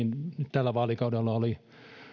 tällä vaalikaudella oli